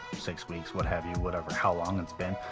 six weeks, what have you, whatever how long it's been.